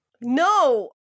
No